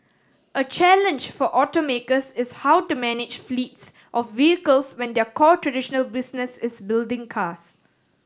a challenge for automakers is how to manage fleets of vehicles when their core traditional business is building cars